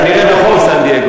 כנראה ברחוב סן-דייגו.